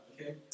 okay